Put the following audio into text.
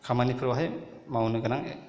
खामानिफ्रावहाय मावनो गोनां